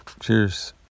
Cheers